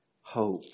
Hope